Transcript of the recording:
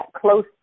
close